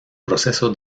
proceso